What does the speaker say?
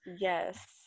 yes